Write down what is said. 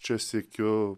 čia siekiu